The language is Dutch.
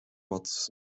wat